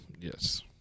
Yes